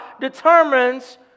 determines